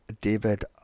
David